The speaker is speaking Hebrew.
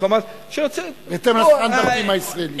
בהתאם לסטנדרטים הישראליים.